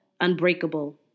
unbreakable